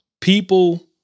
people